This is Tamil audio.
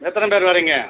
எத்தனை பேர் வர்றீங்க